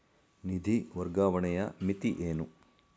ನಿಧಿ ವರ್ಗಾವಣೆಯ ಮಿತಿ ಏನು?